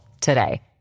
today